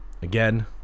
Again